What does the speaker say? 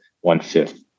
one-fifth